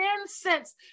incense